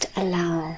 allow